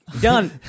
Done